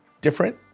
different